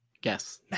guess